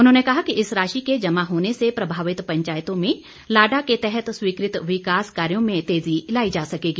उन्होंने कहा कि इस राशि के जमा होने से प्रभावित पंचायतों में लाडा के तहत स्वीकृत विकास कार्यों में तेज़ी लाई जा सकेगी